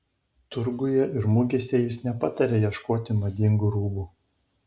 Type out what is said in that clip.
turguje ir mugėse jis nepataria ieškoti madingų rūbų